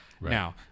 Now